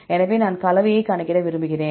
எனவே நான் கலவை கணக்கிட விரும்புகிறேன்